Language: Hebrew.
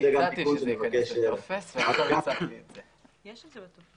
הצעתי שזה ייכנס לטופס.